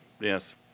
yes